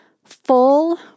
full